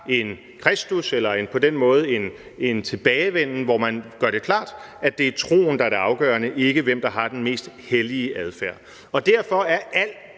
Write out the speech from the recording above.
en Kristus eller på den måde en tilbagevenden, hvor man gør det klart, at det er troen, der er det afgørende, og ikke hvem der har den mest hellige adfærd. Derfor er alt